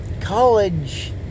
college